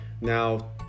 now